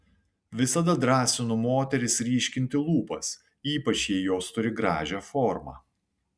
visada drąsinu moteris ryškinti lūpas ypač jei jos turi gražią formą